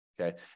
Okay